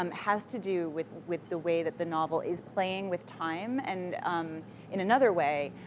um has to do with with the way that the novel is playing with time, and in another way,